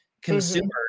Consumers